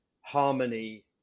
harmony